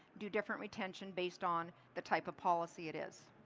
do different retention based on the type of policy it is.